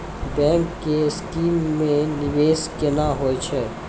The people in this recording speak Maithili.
बैंक के स्कीम मे निवेश केना होय छै?